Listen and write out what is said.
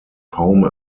home